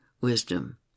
wisdom